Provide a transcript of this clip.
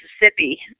Mississippi